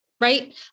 right